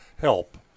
help